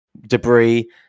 Debris